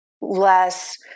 less